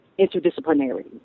interdisciplinarity